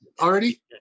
already